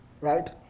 right